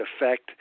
effect